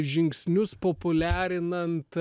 žingsnius populiarinant